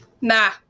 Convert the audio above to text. nah